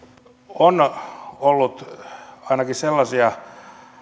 on ollut ainakin sellaisia